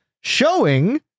showing